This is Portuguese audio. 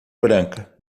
branca